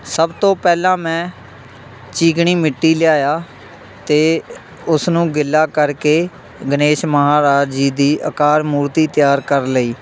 ਸਭ ਤੋਂ ਪਹਿਲਾਂ ਮੈਂ ਚੀਕਣੀ ਮਿੱਟੀ ਲਿਆਇਆ ਅਤੇ ਉਸ ਨੂੰ ਗਿੱਲ੍ਹਾ ਕਰਕੇ ਗਣੇਸ਼ ਮਹਾਰਾਜ ਜੀ ਦੀ ਆਕਾਰ ਮੂਰਤੀ ਤਿਆਰ ਕਰ ਲਈ